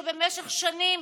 שבמשך שנים,